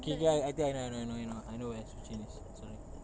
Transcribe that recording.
kill guy I think I know I know I know I know where shuqun is sorry